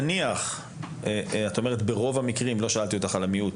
נניח ברוב המקרים לא שאלתי אותך על המיעוט